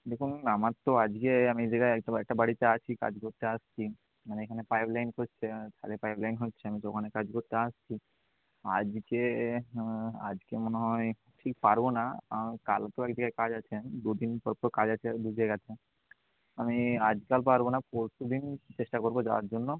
দেখুন আমার তো আজকে আমি এক জায়গায় একটা বার একটা বাড়িতে আছি কাজ করতে আসছি মানে এখানে পাইপলাইন করছে তাহলে পাইপলাইন হচ্ছে আমি তো ওখানে কাজ করতে আসছি আজকে আজকে মনে হয় ঠিক পারবো না আম কালকেও এক জায়গায় কাজ আছে দু দিন পর পর কাজ আছে দু জায়গাতে আমি আজকে আর পারবো না পরশুদিন চেষ্টা করবো যাওয়ার জন্য